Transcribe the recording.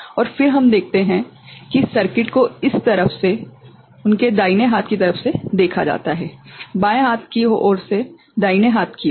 और फिर हम देखते हैं कि सर्किट को इस तरफ से उनके दाहिने हाथ की तरफ देखा जाता है बाएं हाथ की ओर से दाहिने हाथ की ओर